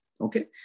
Okay